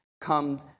come